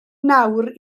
nawr